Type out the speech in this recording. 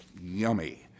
Yummy